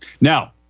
Now